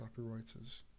copywriters